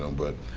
um but